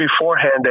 beforehand